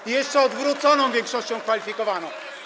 I jeszcze odwróconą większością kwalifikowaną.